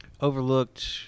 overlooked